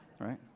right